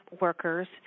workers